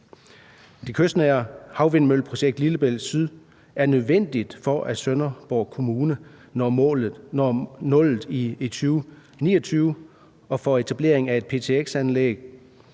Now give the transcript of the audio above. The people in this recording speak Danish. det kystnære havvindmølleprojekt Lillebælt Syd er nødvendigt, for at Sønderborg Kommune når nullet i 2029, og for etableringen af et ptx-anlæg.